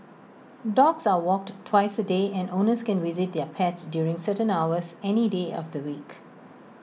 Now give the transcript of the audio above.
dogs are walked twice A day and owners can visit their pets during certain hours any day of the week